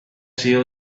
sido